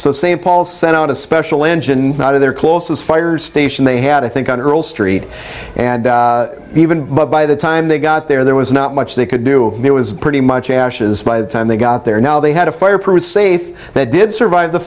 so st paul sent out a special engine out of their closest fire station they had i think on earl street and even but by the time they got there there was not much they could do there was pretty much ashes by the time they got there now they had a fire proof safe that did survive the